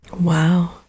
Wow